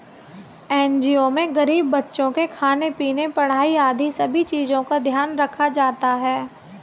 NGO में गरीब बच्चों के खाने पीने, पढ़ाई आदि सभी चीजों का ध्यान रखा जाता है